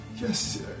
yes